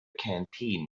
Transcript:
canteen